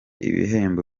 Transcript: ibihembo